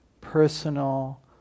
personal